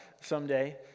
someday